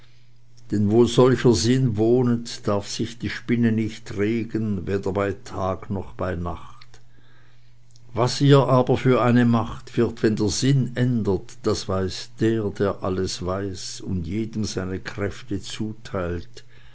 denn wo solcher sinn wohnet darf sich die spinne nicht regen weder bei tage noch bei nacht was ihr aber für eine macht wird wenn der sinn ändert das weiß der der alles weiß und jedem seine kräfte zuteilt